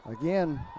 Again